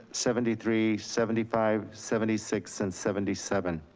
seventy three, seventy five, seventy six and seventy seven.